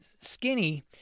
skinny